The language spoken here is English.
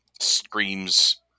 screams